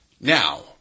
Now